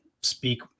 speak